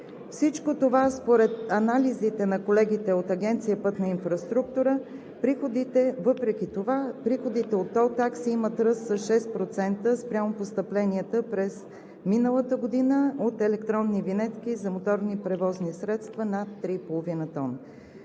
Всичко това е според анализите на колегите от Агенция „Пътна инфраструктура“, въпреки това приходите от тол такси са с ръст от 6% спрямо постъпленията през миналата година от електронни винетки за моторни превозни средства над 3,5 т.